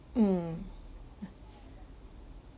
mm